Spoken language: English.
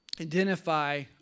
Identify